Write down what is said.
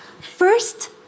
First